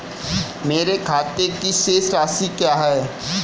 मेरे खाते की शेष राशि क्या है?